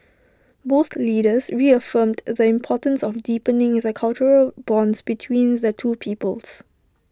both leaders reaffirmed the importance of deepening the cultural bonds between the two peoples